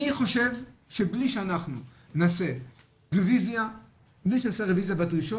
אני חושב שבלי שאנחנו נעשה רביזיה בדרישות,